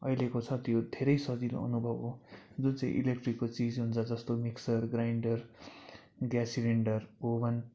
अहिलेको छ त्यो धेरै सजिलो अनुभव हो जुन चाहिँ इलेक्ट्रिकको चिज हुन्छ जस्तो mixer grinder gas cylinder oven